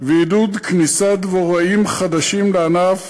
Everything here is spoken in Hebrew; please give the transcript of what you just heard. ועידוד כניסת דבוראים חדשים לענף